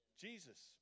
Jesus